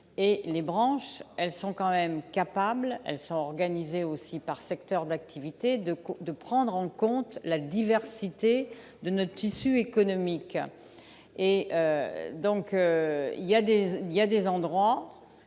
et les branches elles sont quand même capables, elle sera organisée aussi par secteur d'activité, de, de prendre en compte la diversité de notre tissu économique, et donc il y a des il